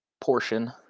portion